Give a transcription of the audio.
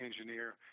engineer